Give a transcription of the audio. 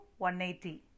180